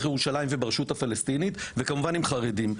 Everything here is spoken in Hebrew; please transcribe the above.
ירושלים וברשות הפלסטינית וכמובן עם חרדים.